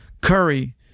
curry